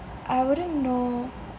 I wouldn't know